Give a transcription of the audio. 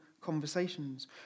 conversations